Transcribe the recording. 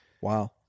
Wow